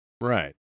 Right